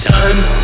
Time